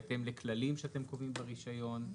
בהתאם לכללים שאתם קובעים ברישיון.